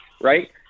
right